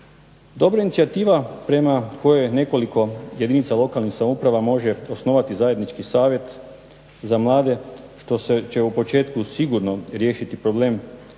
Dobra je inicijativa prema kojoj nekoliko jedinica lokalnih samouprava može osnovati zajednički savjet za mlade što će u početku sigurno riješiti problem